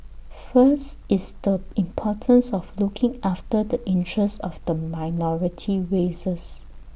first is the importance of looking after the interest of the minority races